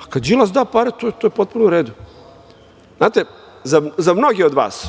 A, kada Đilas da pare, to je potpuno uredu. Znate, za mnoge od vas,